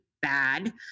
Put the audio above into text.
bad